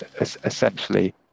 essentially